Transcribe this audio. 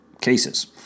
cases